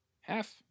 half